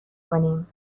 کنیم